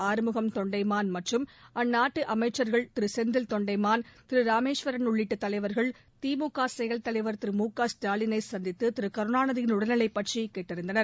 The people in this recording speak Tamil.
ஆறுமுகம் தொன்டைமான் மற்றும் அந்நாட்டு அமைச்சர்கள் திரு செந்தில் தொன்டைமான் திரு ராமேஸ்வரன் உள்ளிட்ட தலைவர்கள் திமுக செயல் தலைவர் திரு முக ஸ்டாலினைச் சந்தித்து திரு கருணாநிதியின் உடல்நிலை பற்றி கேட்டறிந்தனர்